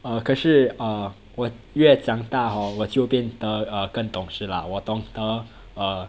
err 可是啊我越长大 hor 我就变得 err 更懂事啦我懂得 err